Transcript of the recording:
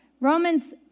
Romans